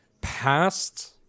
Past